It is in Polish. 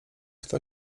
kto